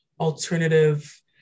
alternative